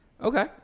okay